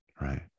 right